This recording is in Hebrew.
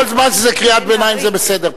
כל זמן שזה קריאת ביניים זה בסדר.